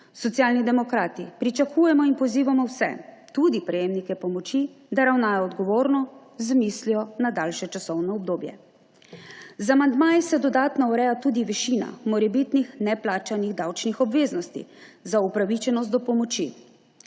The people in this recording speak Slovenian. Socialni demokrati pričakujemo in pozivamo vse, tudi prejemnike pomoči, da ravnajo odgovorno z mislijo na daljše časovno obdobje. Z amandmaji se dodatno ureja tudi višina morebitnih neplačanih davčnih obveznosti za upravičenost do pomoči,